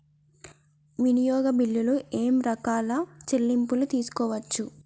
వినియోగ బిల్లులు ఏమేం రకాల చెల్లింపులు తీసుకోవచ్చు?